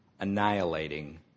annihilating